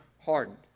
hardened